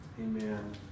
Amen